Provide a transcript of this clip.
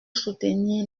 soutenir